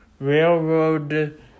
Railroad